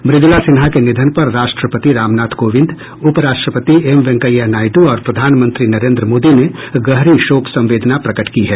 मृदुला सिन्हा के निधन पर राष्ट्रपति रामनाथ कोविंद उप राष्ट्रपति एम वेंकैया नायडू और प्रधानमंत्री नरेन्द्र मोदी ने गहरी शोक संवेदना प्रकट की है